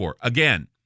Again